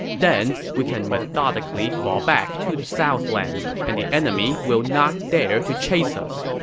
then we can methodically fall back to the southlands, and the enemy will not dare to chase us.